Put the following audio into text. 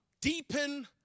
deepen